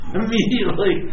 Immediately